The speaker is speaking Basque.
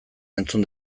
entzun